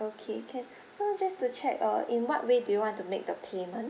okay can so just to check err in what way do you want to make the payment